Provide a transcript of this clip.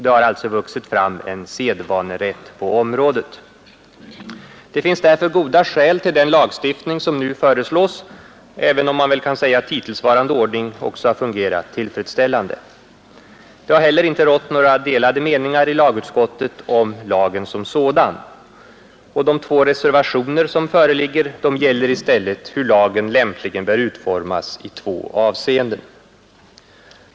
Det har alltså vuxit fram en sedvanerätt på detta område. Det finns därför goda skäl till den lagstiftning som nu föreslås, även om hittillsvarande ordning kan sägas ha fungerat tillfredsställande. Det har heller inte rått några delade meningar i lagutskottet om lagen som sådan, och de två reservationer som föreligger gäller i stället hur lagen lämpligen bör utformas i två avseenden.